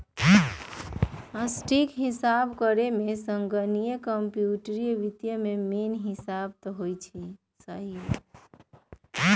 सटीक हिसाब करेमे संगणकीय कंप्यूटरी वित्त के मेन हिस्सा हइ